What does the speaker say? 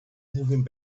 moving